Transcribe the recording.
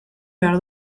behar